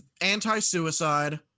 anti-suicide